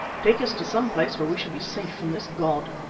take us to some place where we shall be safe from this god.